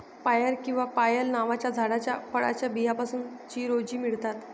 पायर किंवा पायल नावाच्या झाडाच्या फळाच्या बियांपासून चिरोंजी मिळतात